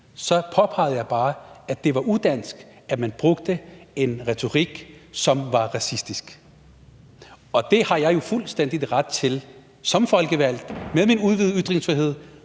så påpegede jeg bare, at det var udansk, at man brugte en retorik, som var racistisk. Det har jeg jo fuldstændig ret til som folkevalgt med min udvidede ytringsfrihed